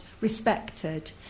respected